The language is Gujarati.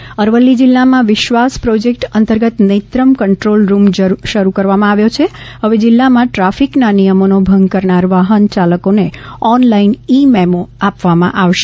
વિશ્વાસ પ્રોજેક્ટ અરવલ્લી જિલ્લામાં વિશ્વાસ પ્રોજેક્ટ અંતર્ગત નેત્રમ કંટ્રોલ રૂમ શરૂ કરવામાં આવ્યો છે હવે જિલ્લામાં ટ્રાફિકના નિયમોનો ભંગ કરનાર વાહન ચાલકોને ઓનલાઈન ઇ મેમો આપવામાં આવશે